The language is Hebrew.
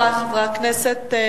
חברי חברי הכנסת,